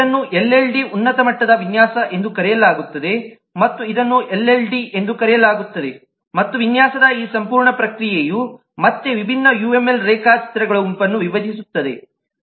ಇದನ್ನು ಎಚ್ಎಲ್ಡಿ ಉನ್ನತ ಮಟ್ಟದ ವಿನ್ಯಾಸ ಎಂದು ಕರೆಯಲಾಗುತ್ತದೆ ಮತ್ತು ಇದನ್ನು ಎಲ್ಎಲ್ಡಿ ಎಂದು ಕರೆಯಲಾಗುತ್ತದೆ ಮತ್ತು ವಿನ್ಯಾಸದ ಈ ಸಂಪೂರ್ಣ ಪ್ರಕ್ರಿಯೆಯು ಮತ್ತೆ ವಿಭಿನ್ನ ಯುಎಂಎಲ್ ರೇಖಾಚಿತ್ರಗಳ ಗುಂಪನ್ನು ವಿಭಜಿಸುತ್ತದೆ